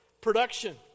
production